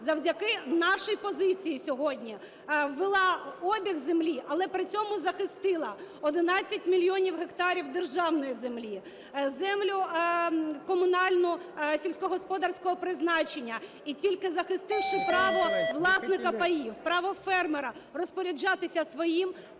завдяки нашій позиції сьогодні ввела обіг землі, але при цьому захистила 11 мільйонів гектарів державної землі, землю комунальну сільськогосподарського призначення, і тільки захистивши право власника паїв, право фермера розпоряджатися своїм.